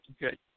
good